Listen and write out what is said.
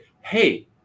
hey